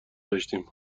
داشتیم